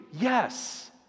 Yes